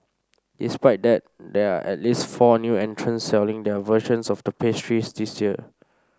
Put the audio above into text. despite that there are at least four new entrants selling their versions of the pastries this year